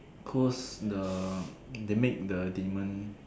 because the they make the demon